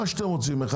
11,